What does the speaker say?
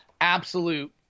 absolute